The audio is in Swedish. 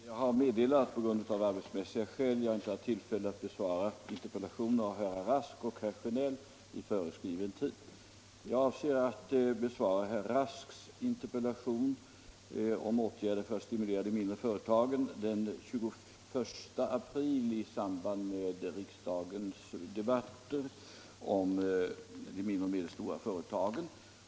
Herr talman! Jag har att meddela att jag av arbetsmässiga skäl inte har tillfälle att besvara interpellationer av herrar Rask och Sjönell inom föreskriven tid. Jag avser att besvara herr Rasks interpellation om åtgärder för att stimulera de mindre företagen den 21 april i samband med riksdagens debatter om de mindre och medelstora företagen.